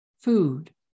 food